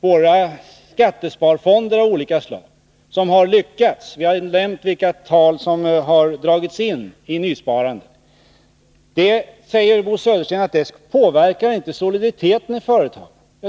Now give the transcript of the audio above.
våra skattesparfonder av olika slag har lyckats. Vi har tidigare nämnt vilka tal som har dragits in i nysparandet. Men Bo Södersten säger att detta inte påverkar soliditeten i företagen.